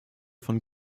von